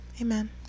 Amen